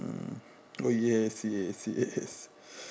yes yes yes